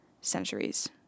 centuries